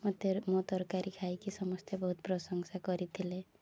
ମତେର୍ ମୋ ତରକାରୀ ଖାଇକି ସମସ୍ତେ ବହୁତ ପ୍ରଶଂସା କରିଥିଲେ